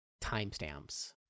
timestamps